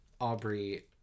Aubrey